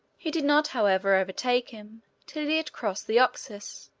he did not, however, overtake him till he had crossed the oxus,